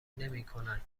نمیکنند